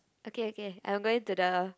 okay okay I'm going to the